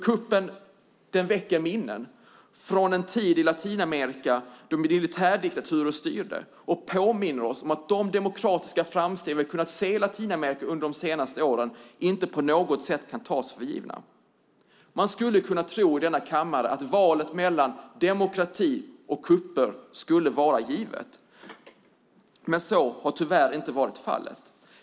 Kuppen väcker minnen från en tid då militärdiktaturer styrde i Latinamerika och påminner oss om att de demokratiska framsteg vi kunnat se i Latinamerika de senaste åren inte kan tas för givna. Man skulle kunna tro att valet mellan demokrati och kupper skulle vara givet, men så har tyvärr inte varit fallet.